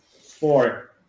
four